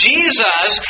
Jesus